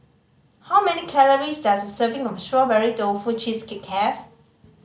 how many calories does a serving of Strawberry Tofu Cheesecake have